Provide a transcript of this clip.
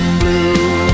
blue